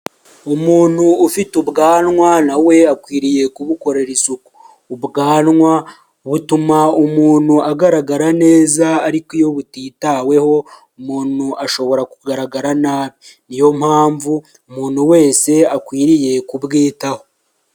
Umuntu ufite ubwanwa na we akwiriye kubukorera isuku, ubwanwa butuma umuntu agaragara neza ariko iyo butitaweho umuntu ashobora kugaragara nabi, ni yo mpamvu umuntu wese akwiriye kubwitaho.